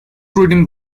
written